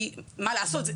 מה לעשות?